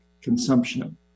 consumption